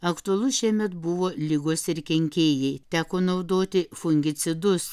aktualu šiemet buvo ligos ir kenkėjai teko naudoti fungicidus